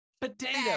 Potato